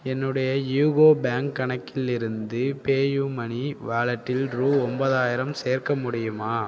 என்னுடைய யூகோ பேங்க் கணக்கில் இருந்து பேயூமனி வாலெட்டில் ரூ ஒம்போதாயிரம் சேர்க்க முடியுமா